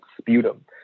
sputum